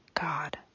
God